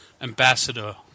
Ambassador